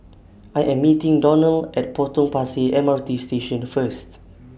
I Am meeting Donell At Potong Pasir M R T Station First